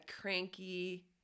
cranky